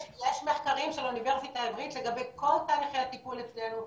יש מחקרים של האוניברסיטה העברית לגבי כל תהליכי הטיפול אצלנו,